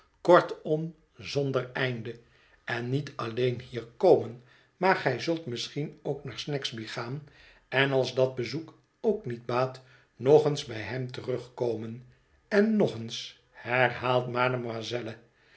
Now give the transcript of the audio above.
kortom zonder einde en niet alleen hier komen maar gij zult misschien ook naar snagsby gaan en als dat bezoek ook niet baat nog eens bij hem terugkomen en nog eens herhaalt